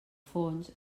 fons